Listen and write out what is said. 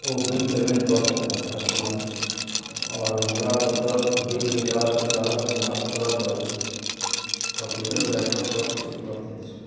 ओ bill payment कऽ सकय customer आओर हमरा ओतय बिल निकालयके सारा सुविधा उपलब्ध अछि कम्प्यूटर लैपटॉप सभकिछु उपलब्ध अछि